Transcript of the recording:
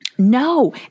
No